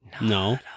No